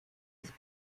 ist